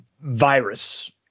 virus